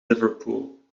liverpool